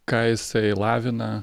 ką jisai lavina